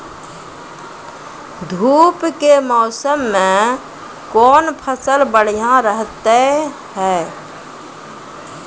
धूप के मौसम मे कौन फसल बढ़िया रहतै हैं?